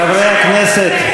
חברי הכנסת.